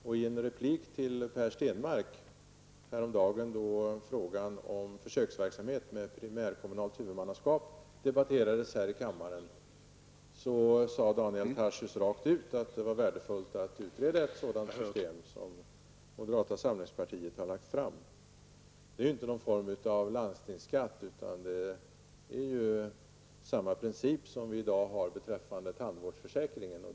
Och i en replik till Per Stenmarck häromdagen, då frågan om försöksverksamhet med primärkommunalt huvudmannaskap diskuterades här i kammaren, sade Daniel Tarschys rakt ut att det var värdefullt att utreda ett sådant system som moderata samlingspartiet har lagt fram förslag om. Det är inte någon form av landstingsskatt, utan det är samma princip som vi i dag har beträffande tandvårdsförsäkringen.